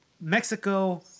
Mexico